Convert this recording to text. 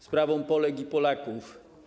Sprawą Polek i Polaków.